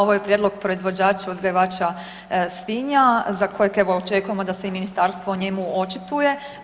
Ovo je prijedlog proizvođača uzgajivača svinja za kojeg evo očekujemo da se i ministarstvo o njemu očituje.